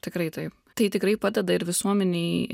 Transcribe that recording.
tikrai taip tai tikrai padeda ir visuomenei